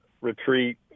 retreat